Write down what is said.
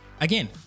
again